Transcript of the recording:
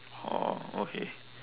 orh okay